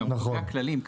שגם קובע כללים.